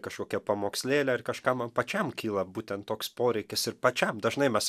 kažkokią pamokslėlę ar kažką man pačiam kyla būtent toks poreikis ir pačiam dažnai mes